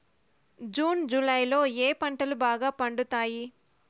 June July లో ఏ పంటలు బాగా పండుతాయా?